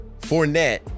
Fournette